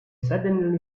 suddenly